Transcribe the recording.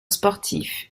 sportif